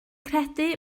credu